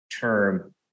term